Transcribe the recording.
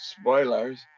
spoilers